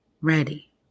ready